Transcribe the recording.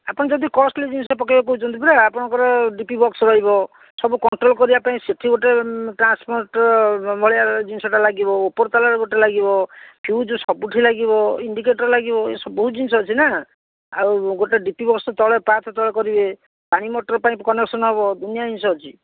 ଆପଣ ଯଦି କଷ୍ଟଲି ଜିନିଷ ପକାଇବାକୁ କହୁଛନ୍ତି ପରା ଆପଣଙ୍କର ଡି ପି ବକ୍ସ ରହିବ ସବୁ କଣ୍ଟ୍ରୋଲ କରିବା ପାଇଁ ସେଠି ଗୋଟେ ଟ୍ରାନ୍ସପୋର୍ଟ ଭଳିଆ ଜିନିଷଟା ଲାଗିବ ଉପରେ ତାଲାରେ ଗୋଟେ ଲାଗିବ ଫିୟ୍ୟୁଜ୍ ସବୁଠି ଲାଗିବ ଇଣ୍ଡିକେଟର ଲାଗିବ ଏସବୁ ବହୁତ ଜିନିଷ ଅଛି ନା ଆଉ ଗୋଟେ ଡି ପି ବକ୍ସ ତଳେ ପାହାଚ ତଳେ କରିବେ ପାଣି ମଟର ପାଇଁ କନେକ୍ସନ ହେବ ଦୁନିଆ ଜିନିଷ ଅଛି